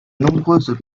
nombreuses